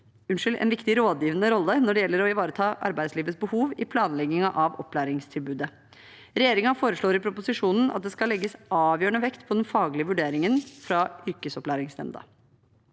har en viktig rådgivende rolle når det gjelder å ivareta arbeidslivets behov i planleggingen av opplæringstilbudet. Regjeringen foreslår i proposisjonen at det skal legges avgjørende vekt på den faglige vurderingen fra yrkesopplæringsnemnda.